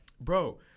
Bro